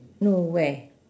no where